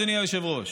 אדוני היושב-ראש,